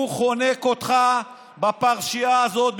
הוא חונק אותך בפרשייה הזאת,